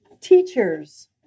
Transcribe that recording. Teachers